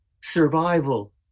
survival